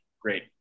great